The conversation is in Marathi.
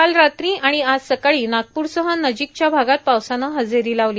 काल रात्री आणि आज सकाळी नागप्रसह नजिकच्या भागात पावसानं हजेरी लावली